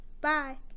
Bye